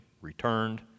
returned